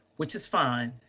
which is fine.